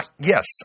yes